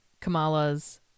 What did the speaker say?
Kamala's